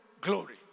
glory